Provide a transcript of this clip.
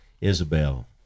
Isabel